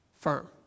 firm